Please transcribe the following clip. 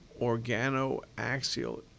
organoaxial